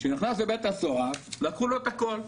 כשהוא נכנס לבית הסוהר לקחו לו את הכל,